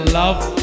love